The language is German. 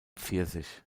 pfirsich